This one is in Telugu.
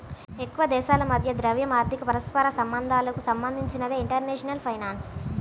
ఎక్కువదేశాల మధ్య ద్రవ్య, ఆర్థిక పరస్పర సంబంధాలకు సంబంధించినదే ఇంటర్నేషనల్ ఫైనాన్స్